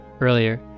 earlier